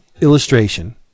illustration